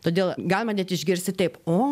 todėl galima net išgirsti taip o